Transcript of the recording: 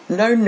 no